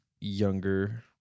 younger